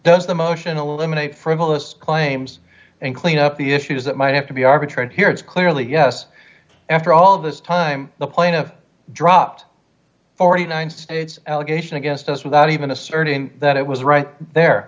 does the motion eliminate frivolous claims and clean up the issues that might have to be arbitrate here it's clearly yes after all this time the plaintiff dropped forty nine states allegation against us without even asserting that it was right there